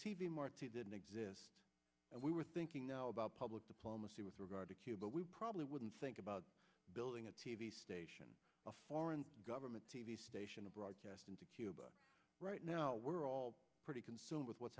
v marti didn't exist and we were thinking now about public diplomacy with regard to q but we probably wouldn't think about building a t v station a foreign government t v station to broadcast into cuba right now we're all pretty concerned with what's